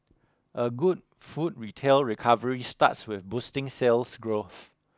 a good food retail recovery starts with boosting sales growth